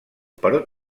però